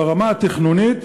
ברמה התכנונית,